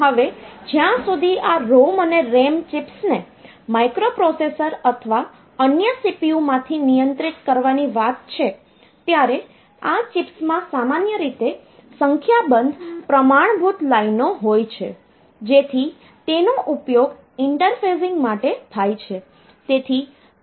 હવે જ્યાં સુધી આ ROM અને RAM ચિપ્સને માઇક્રોપ્રોસેસર અથવા અન્ય CPU માંથી નિયંત્રિત કરવાની વાત છે ત્યારે આ ચિપ્સમાં સામાન્ય રીતે સંખ્યાબંધ પ્રમાણભૂત લાઈનો હોય છે જેથી તેનો ઉપયોગ ઇન્ટરફેસિંગ માટે થાય છે